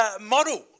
model